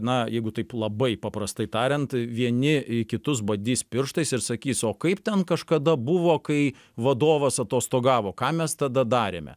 na jeigu taip labai paprastai tariant vieni į kitus badys pirštais ir sakys o kaip ten kažkada buvo kai vadovas atostogavo ką mes tada darėme